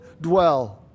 dwell